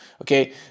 okay